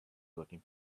working